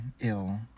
Ill